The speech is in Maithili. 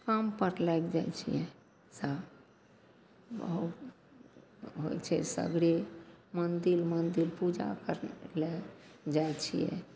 कामपर लागि जाए छिए तब बहुत होइ छै सगरे मन्दिर मन्दिर पूजा करै ले जाइ छिए